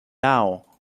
now